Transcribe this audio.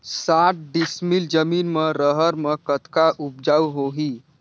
साठ डिसमिल जमीन म रहर म कतका उपजाऊ होही?